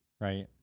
right